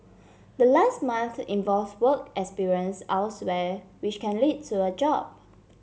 the last month involves work experience elsewhere which can lead to a job